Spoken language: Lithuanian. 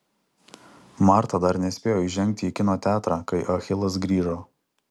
marta dar nespėjo įžengti į kino teatrą kai achilas grįžo